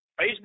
Facebook